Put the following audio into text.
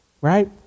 right